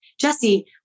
Jesse